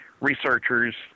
researchers